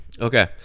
Okay